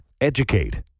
Educate